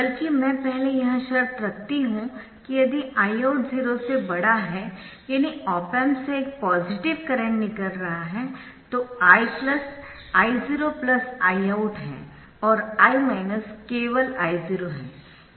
बल्कि मैं पहले यह शर्त रखती हू कि यदि Iout 0 से बड़ा है यानी ऑप एम्प से एक पॉजिटिव करंट निकल रहा है तो I I0 Iout है और I केवल I0 है